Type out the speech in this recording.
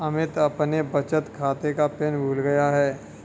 अमित अपने बचत खाते का पिन भूल गया है